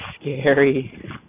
scary